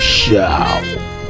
Show